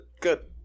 Good